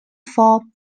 for